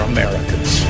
Americans